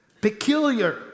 peculiar